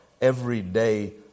everyday